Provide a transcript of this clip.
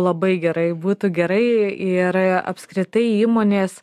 labai gerai būtų gerai ir apskritai įmonės